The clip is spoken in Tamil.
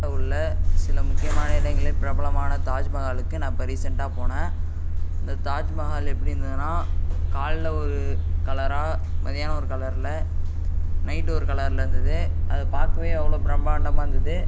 உள்ள சில முக்கியமான இடங்களின் பிரபலமான தாஜ்மஹாலுக்கு நான் இப்போ ரீசெண்ட்டாக போனேன் இந்த தாஜ்மஹால் எப்படி இருந்ததுன்னா காலையில் ஒரு கலராக மத்தியானம் ஒரு கலரில் நைட் ஒரு கலரில் இருந்தது அதை பார்க்கவே அவ்வளோ பிரம்மாண்டமாக இருந்தது